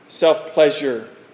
self-pleasure